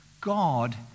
God